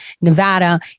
Nevada